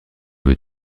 veux